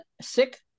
sick